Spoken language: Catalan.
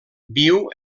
viu